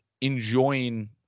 enjoying